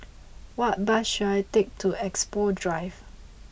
what bus should I take to Expo Drive